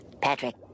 Patrick